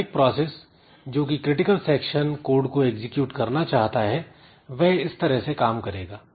हर एक प्रोसेस जोकि critical section code को एग्जीक्यूट करना चाहता है वह इस तरह से काम करेगा